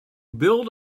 build